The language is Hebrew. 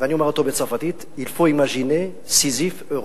ואני אומר אותו בצרפתית: Il faut imaginer Sisyphe heureux.